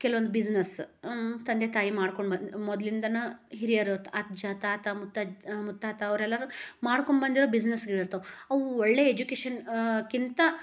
ಕೆಲ್ವೊಂದು ಬಿಸ್ನೆಸ್ ತಂದೆ ತಾಯಿ ಮಾಡ್ಕೊಂಡು ಬಂ ಮೊದ್ಲಿಂದ ಹಿರಿಯರು ಅಜ್ಜ ತಾತ ಮುತ್ತಜ್ಜ ಮುತ್ತಾತ ಅವ್ರೆಲ್ಲರೂ ಮಾಡ್ಕೊಬಂದಿರೊ ಬಿಸ್ನೆಸ್ಗಳಿರ್ತಾವೆ ಅವು ಒಳ್ಳೆಯ ಎಜುಕೇಶನ್ ಕ್ಕಿಂತ